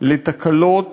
לתקלות